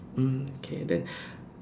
mm okay then